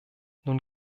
nun